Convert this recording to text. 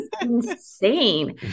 insane